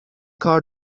کار